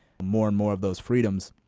more and more of those freedoms,